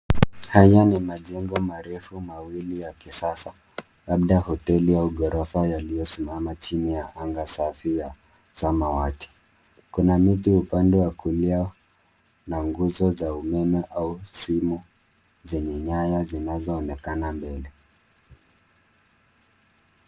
Haya ni majengo marefu mawili ya kisasa labda hoteli au ghorofa yaliyosimama chini ya anga safi ya samawati. Kuna miti upande wa kulia na nguzo za umeme au simu zenye nyaya zinazoonekana mbele.